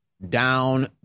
down